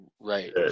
right